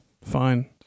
Fine